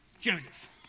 Joseph